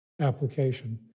application